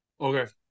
okay